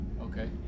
Okay